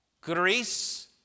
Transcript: Greece